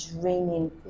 draining